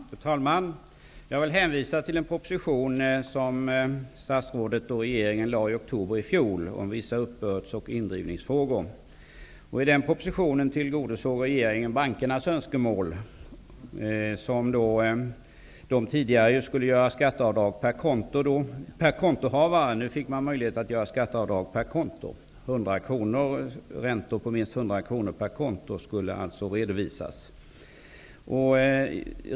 Fru talman! Jag vill hänvisa till en proposition som statsrådet och regeringen lade fram i oktober i fjol om vissa uppbörds och indrivningsfrågor. I den propositionen tillgodosåg regeringen bankernas önskemål. De skulle tidigare göra skatteavdrag per kontohavare. Nu fick man möjlighet att göra skatteavdrag per konto. Räntor på minst 100 kr per konto skulle redovisas.